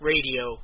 Radio